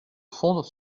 fonde